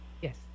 Yes